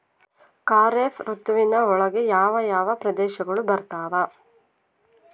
ಖಾರೇಫ್ ಋತುವಿನ ಒಳಗೆ ಯಾವ ಯಾವ ಪ್ರದೇಶಗಳು ಬರ್ತಾವ?